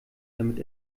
damit